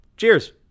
Cheers